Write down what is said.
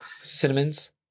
Cinnamons